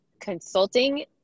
consulting